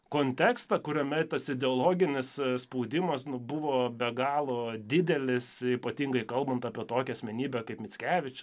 kontekstą kuriame tas ideologinis spaudimas nu buvo be galo didelis ypatingai kalbant apie tokią asmenybę kaip mickevičius